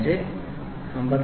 005 G1 55